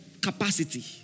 capacity